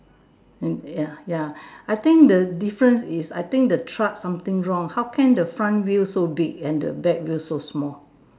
and ya ya I think the difference is I think the truck something wrong how can the front wheel and the back wheel so small